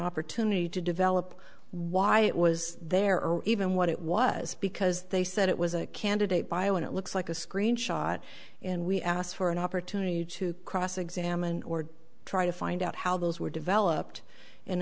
opportunity to develop why it was there or even what it was because they said it was a candidate bio and it looks like a screen shot and we asked for an opportunity to cross examine or try to find out how those were developed and